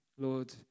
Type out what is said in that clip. Lord